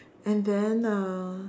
and then uh